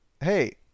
Hey